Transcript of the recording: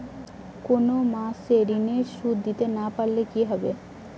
কোন মাস এ ঋণের সুধ দিতে না পারলে কি হবে?